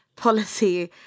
policy